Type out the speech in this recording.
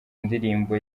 ndirimbo